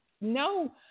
no